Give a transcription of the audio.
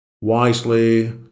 wisely